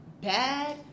bad